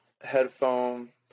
Headphone